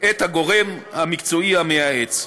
הגורם המקצועי המייעץ.